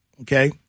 Okay